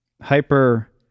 hyper